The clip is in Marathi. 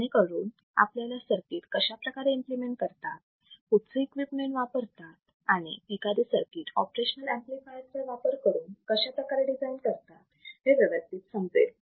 जेणेकरून आपल्याला सर्किट कशाप्रकारे इम्प्लिमेंट करतात कुठचे इक्विपमेंट वापरतात आणि एखादे सर्किट ऑपरेशनल ऍम्प्लिफायर वापरून कशाप्रकारे डिझाईन करतात हे व्यवस्थित समजेल